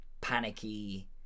panicky